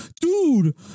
dude